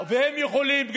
גם הם יכולים.